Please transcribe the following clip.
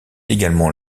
également